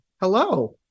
Hello